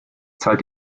zahlt